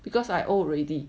because I old already